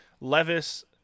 Levis